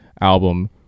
album